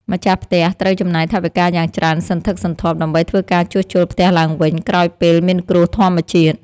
ម្ចាស់ផ្ទះត្រូវចំណាយថវិកាយ៉ាងច្រើនសន្ធឹកសន្ធាប់ដើម្បីធ្វើការជួសជុលផ្ទះឡើងវិញក្រោយពេលមានគ្រោះធម្មជាតិ។